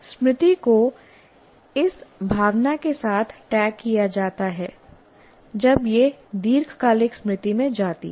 स्मृति को इस भावना के साथ टैग किया जाता है जब यह दीर्घकालिक स्मृति में जाती है